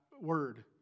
word